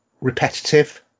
repetitive